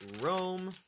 Rome